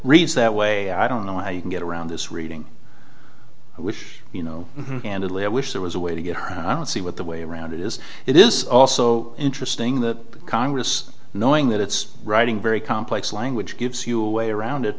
reads that way i don't know how you can get around this reading which you know and italy i wish there was a way to get her and see what the way around it is it is also interesting that congress knowing that it's writing very complex language gives you a way around it